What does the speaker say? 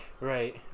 Right